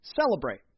celebrate